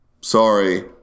sorry